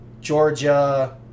Georgia